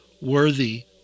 worthy